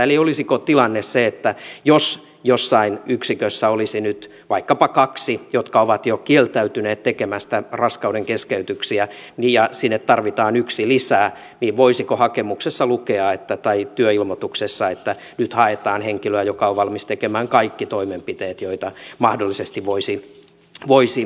eli olisiko tilanne se että jos jossain yksikössä olisi nyt vaikkapa kaksi jotka ovat jo kieltäytyneet tekemästä raskaudenkeskeytyksiä ja sinne tarvitaan yksi lisää niin voisiko hakemuksessa tai työilmoituksessa lukea että nyt haetaan henkilöä joka on valmis tekemään kaikki toimenpiteet joita mahdollisesti voisi eteen tulla